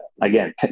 again